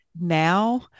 now